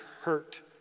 hurt